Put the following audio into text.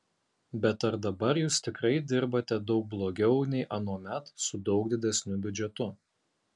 bet ar dabar jūs tikrai dirbate daug blogiau nei anuomet su daug didesniu biudžetu